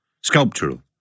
sculptural